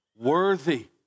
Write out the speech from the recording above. worthy